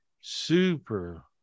super